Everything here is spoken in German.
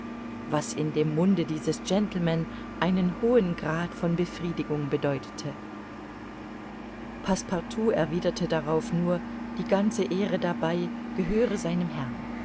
was in dem munde dieses gentleman einen hohen grad von befriedigung bedeutete passepartout erwiderte darauf nur die ganze ehre dabei gehöre seinem herrn